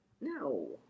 No